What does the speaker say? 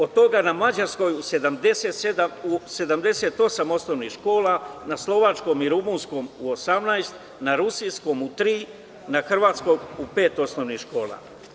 Od toga na mađarskom u 78 osnovnim škola, na slovačkom i rumunskom u 18, na rusinskom u tri, na hrvatskom u pet osnovnih škola.